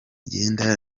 igenda